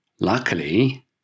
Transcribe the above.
Luckily